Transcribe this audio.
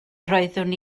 roeddwn